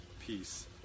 peace